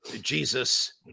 Jesus